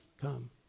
come